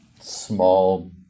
small